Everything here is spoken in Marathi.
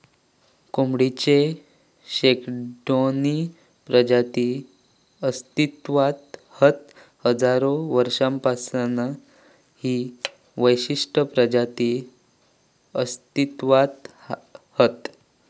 कोंबडेची शेकडोनी प्रजाती अस्तित्त्वात हत हजारो वर्षांपासना ही विशिष्ट प्रजाती अस्तित्त्वात हत